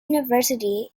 university